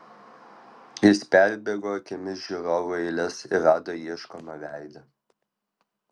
jis perbėgo akimis žiūrovų eiles ir rado ieškomą veidą